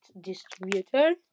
distributor